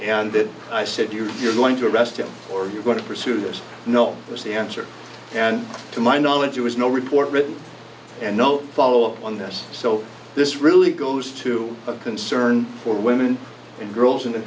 and that i said to you you're going to arrest him or you're going to pursue this no was the answer and to my knowledge there was no report written and no follow up on this so this really goes to a concern for women and girls in the